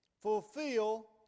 fulfill